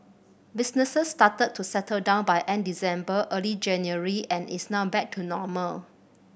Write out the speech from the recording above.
business started to settle down by end December early January and is now back to normal